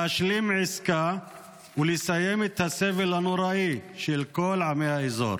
להשלים עסקה ולסיים את הסבל הנוראי של כל עמי האזור.